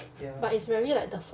but it's very like the